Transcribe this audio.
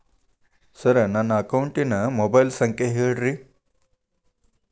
sir ನನ್ನ ಅಕೌಂಟಿನ mobile ಸಂಖ್ಯೆ ಹೇಳಿರಿ